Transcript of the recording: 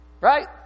Right